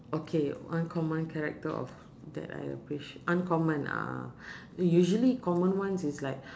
okay uncommon character of that I wish uncommon a'ah usually common ones is like